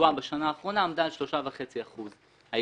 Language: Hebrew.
עמדה בשנה האחרונה על 3.5%. עכשיו,